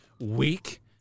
weak